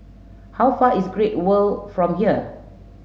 how far is Great World from here